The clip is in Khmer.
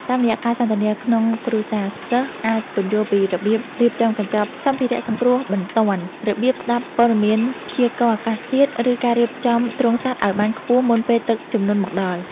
តាមរយៈការសន្ទនាក្នុងគ្រួសារ សិស្សអាចពន្យល់ពីរបៀបរៀបចំកញ្ចប់សម្ភារៈសង្គ្រោះបន្ទាន់ របៀបស្ដាប់ព័ត៌មានព្យាករណ៍អាកាសធាតុ ឬការរៀបចំទ្រុងសត្វឱ្យបានខ្ពស់មុនពេលទឹកជំនន់មកដល់។